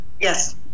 Yes